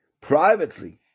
privately